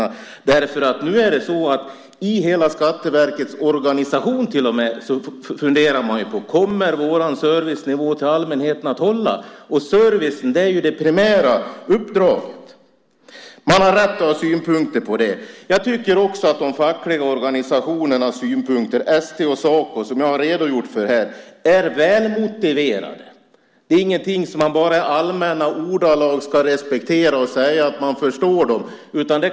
Nu är det så att man till och med i hela Skatteverkets organisation funderar på om servicenivån till allmänheten kommer att hålla. Servicen är ju det primära uppdraget. Man har rätt att ha synpunkter på detta. Vidare tycker jag att de fackliga organisationernas, ST:s och Sacos, synpunkter som jag här redogjort för är välmotiverade. Det är ingenting som man bara i allmänna ordalag ska respektera och säga att man förstår.